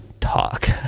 talk